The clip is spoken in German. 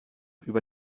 über